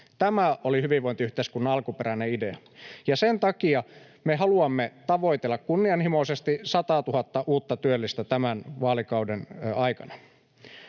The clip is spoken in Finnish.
Tämä oli hyvinvointiyhteiskunnan alkuperäinen idea. Sen takia me haluamme tavoitella kunnianhimoisesti sataatuhatta uutta työllistä tämän vaalikauden aikana.